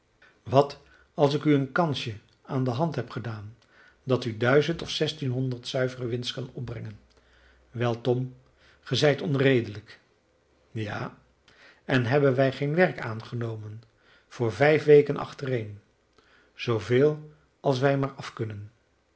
wat als ik u een kansje aan de hand heb gedaan dat u duizend of zestienhonderd zuivere winst kan opbrengen wel tom ge zijt onredelijk ja en hebben wij geen werk aangenomen voor vijf weken achtereen zooveel als wij maar af kunnen